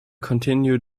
continue